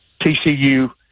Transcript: TCU